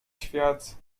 świat